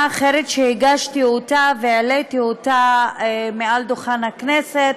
אחרת שהגשתי והעליתי מעל דוכן הכנסת,